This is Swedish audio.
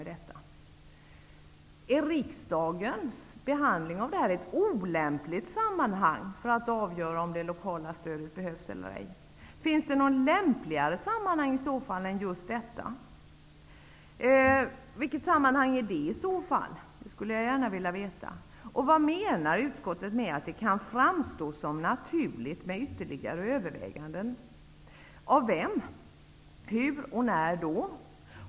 Är riksdagen alltså ett olämpligt sammanhang när det gäller att i denna fråga avgöra om det lokala stödet behövs eller inte? Finns det något lämpligare sammanhang än just riksdagen? Vilket är det i så fall? Det skulle jag gärna vilja veta. Och vad menar utskottet med att säga att det kan framstå som naturligt med ''ytterligare överväganden''? Av vem? frågar jag. Hur och när?